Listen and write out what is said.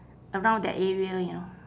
around that area ya